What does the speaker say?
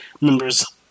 members